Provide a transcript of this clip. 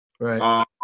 Right